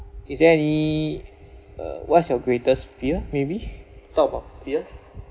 is there any uh what's your greatest fear maybe talk about fears